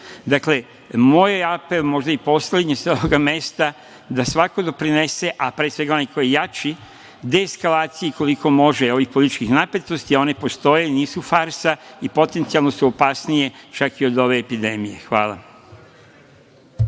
moj je apel, možda i poslednji sa ovoga mesta da svako doprinese, a pre svega onaj koji je jači deeskalaciji koliko može, ovih političkih napetosti, a one postoje i nisu farsa i potencijalno su opasnije čak i od ove epidemije. Hvala.